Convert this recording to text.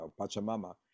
pachamama